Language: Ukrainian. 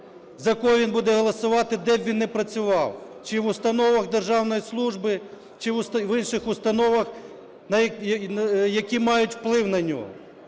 за кого він буде голосувати де б він не працював – чи в установах державної служби, чи в інших установах, які мають вплив на нього,